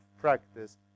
practice